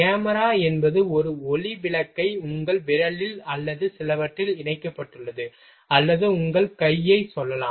camera என்பது ஒரு ஒளி விளக்கை உங்கள் விரலில் அல்லது சிலவற்றில் இணைக்கப்பட்டுள்ளது அல்லது உங்கள் கையை சொல்லலாம்